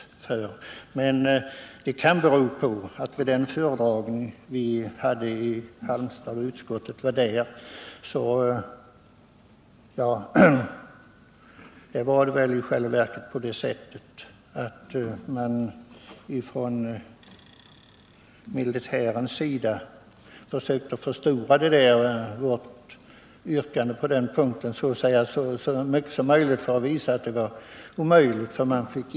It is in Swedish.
Men utskottets skrivning kan bero på att vid den föredragning vi hade när utskottet besökte Halmstad försökte militären förstora vårt yrkande så mycket som möjligt för att visa att det var omöjligt att genomföra.